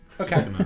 Okay